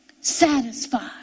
Satisfied